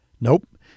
Nope